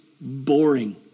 boring